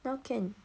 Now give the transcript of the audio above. now can